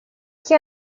kan